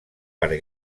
per